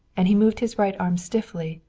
and he moved his right arm stiffly,